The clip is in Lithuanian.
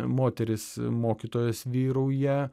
moterys mokytojos vyrauja